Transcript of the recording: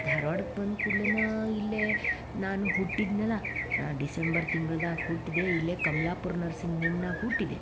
ಧಾರ್ವಾಡಕ್ಕೆ ಬಂದ ಕೂಡ್ಲೆ ಇಲ್ಲೇ ನಾನು ಹುಟ್ಟಿದ್ನಲ್ಲ ನಾ ಡಿಸೆಂಬರ್ ತಿಂಗ್ಳದಾಗ ಹುಟ್ಟಿದೆ ಇಲ್ಲಿ ಕಮ್ಲಾಪುರ ನರ್ಸಿಂಗ್ ಹೋಮ್ನಾಗ ಹುಟ್ಟಿದೆ